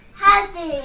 happy